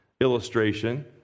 illustration